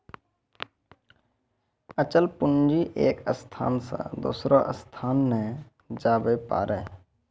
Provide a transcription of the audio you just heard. अचल पूंजी एक स्थान से दोसरो स्थान नै जाबै पारै